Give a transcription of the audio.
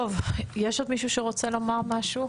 טוב, יש עוד מישהו שרוצה לומר משהו?